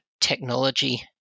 technology